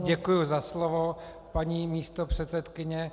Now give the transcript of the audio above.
Děkuji za slovo, paní místopředsedkyně.